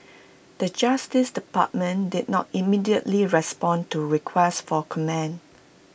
the justice department did not immediately respond to request for comment